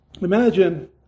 Imagine